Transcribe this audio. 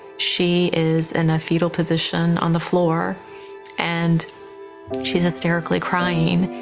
she is in a fetal position on the floor and she's historically crying.